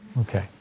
Okay